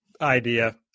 idea